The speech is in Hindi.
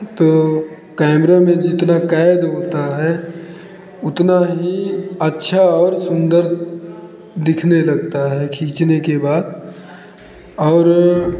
तो कैमरों में जितना कैद होता है उतना ही अच्छा और सुंदर दिखने लगता है खींचने के बाद और